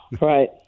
Right